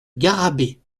garrabet